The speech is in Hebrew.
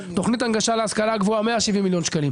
תכנית הנגשה להשכלה גבוהה 170 מיליון שקל.